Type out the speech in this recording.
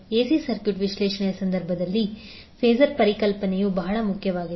AC circuit ವಿಶ್ಲೇಷಣೆಯ ಸಂದರ್ಭದಲ್ಲಿ phasor ಪರಿಕಲ್ಪನೆಯು ಬಹಳ ಮುಖ್ಯವಾಗಿದೆ